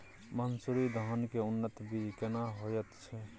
मन्सूरी धान के उन्नत बीज केना होयत छै?